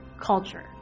culture